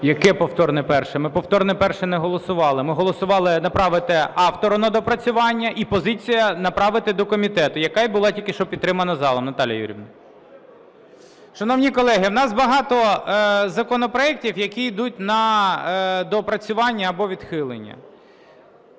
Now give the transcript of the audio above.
Яке повторне перше? Ми повторне перше не голосували. Ми голосували: направити автору на доопрацювання і позиція – направити до комітету, яка і була тільки що підтримана залом, Наталія Юріївна. Шановні колеги, в нас багато законопроектів, які ідуть на доопрацювання або відхилення.